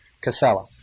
Casella